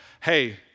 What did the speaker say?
hey